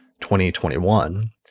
2021